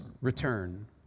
return